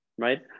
right